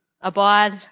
Abide